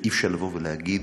ואי-אפשר להגיד: